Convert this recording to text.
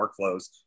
workflows